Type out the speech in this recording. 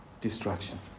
destruction